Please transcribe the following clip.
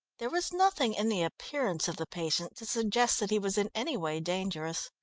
there was nothing in the appearance of the patient to suggest that he was in any way dangerous.